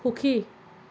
সুখী